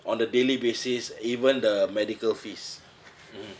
on the daily basis even the medical fees mmhmm